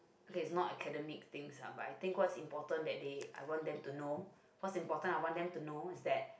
okay it's not academic things lah but I think what's important that they I want them to know what's important I want them to know is that